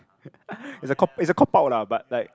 ppo it's a it's a cop out lah but like